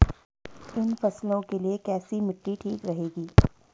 इन फसलों के लिए कैसी मिट्टी ठीक रहेगी?